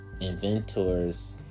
inventors